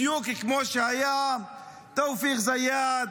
בדיוק כמו שהיו תאופיק זיאד,